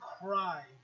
cry